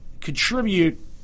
contribute